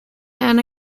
anna